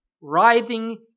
writhing